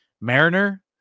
Mariner